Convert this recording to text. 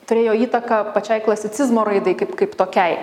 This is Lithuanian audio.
turėjo įtaką pačiai klasicizmo raidai kaip kaip tokiai